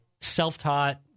self-taught